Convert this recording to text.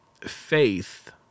faith